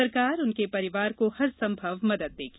सरकार उसके परिवार को हरसंभव मदद देगी